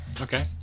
Okay